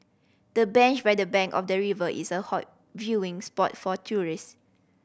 the bench by the bank of the river is a hot viewing spot for tourist